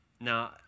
Now